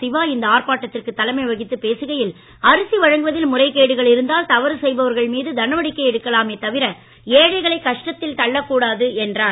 சிவா இந்த ஆர்ப்பாட்டத்திற்கு தலைமை வகித்து பேசுகையில் அரிசி வழங்குவதில் முறைகேடுகள் இருந்தால் தவறு செய்பவர்கள் மீது நடவடிக்கை எடுக்கலாமே தவிர ஏழைகளை கஷ்டத்தில் தள்ளக் கூடாது என்றார்